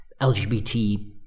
LGBT